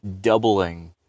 doubling